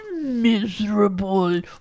miserable